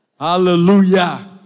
hallelujah